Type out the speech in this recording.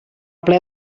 ple